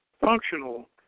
functional